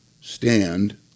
stand